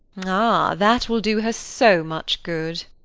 ah, that will do her so much good!